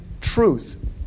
truth